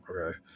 okay